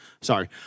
Sorry